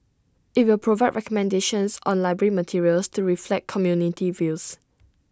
IT will provide recommendations on library materials to reflect community views